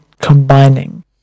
combining